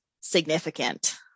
significant